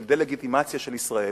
של דה-לגיטימציה של ישראל,